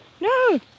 No